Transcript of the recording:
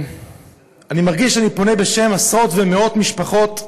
ואני מרגיש שאני פונה בשם עשרות ומאות משפחות.